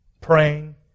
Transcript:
praying